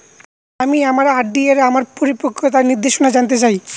আমি আমার আর.ডি এর আমার পরিপক্কতার নির্দেশনা জানতে চাই